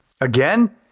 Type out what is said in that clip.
Again